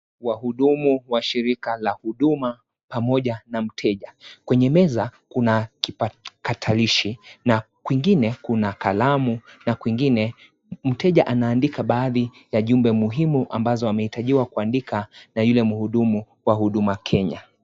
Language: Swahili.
Wahudumu wa shirika la Huduma pamoja na mteja. Kwenye meza kuna kipakatalishi na kwingine kuna kalamu na kwingine mteja ana andika baadhi ya jumbe muhimu ambazo amehitajiwa kuandika na yule mhudumu wa Huduma kenya.